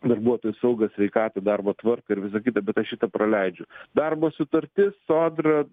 darbuotojų sauga sveikatą darbo tvarką ir visa kita bet aš šitą praleidžiu darbo sutartis sodra